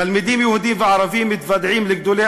תלמידים יהודים וערבים מתוודעים לגדולי